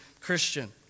Christian